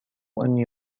أني